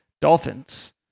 Dolphins